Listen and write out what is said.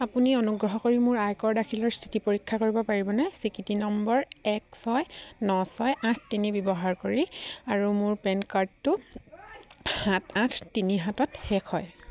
আপুনি অনুগ্ৰহ কৰি মোৰ আয়কৰ দাখিলৰ স্থিতি পৰীক্ষা কৰিব পাৰিবনে স্বীকৃতি নম্বৰ এক ছয় ন ছয় আঠ তিনি ব্যৱহাৰ কৰি আৰু মোৰ পেন কাৰ্ডটো সাত আঠ তিনি সাতত শেষ হয়